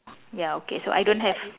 ya okay so I don't have